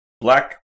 Black